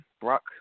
Brock